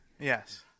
Yes